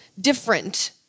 different